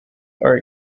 are